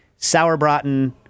Sauerbraten